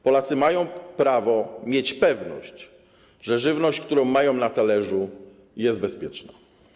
Polacy mają prawo mieć pewność, że żywność, którą mają na talerzu, jest bezpieczna.